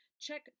Check